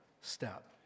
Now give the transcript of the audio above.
step